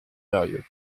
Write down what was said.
eyrieux